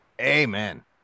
Amen